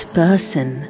person